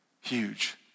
huge